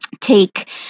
take